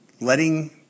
letting